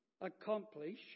accomplish